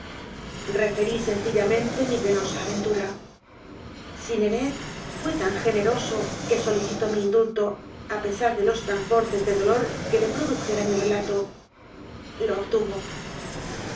senci llamente mi penosa aventura synnelet fué tan ge neroso que solicitó mi indulto a pesar de los transportes de dolor que le produjera mi relato lo obtuvo